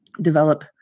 develop